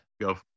Go